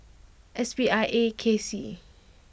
S P I A K C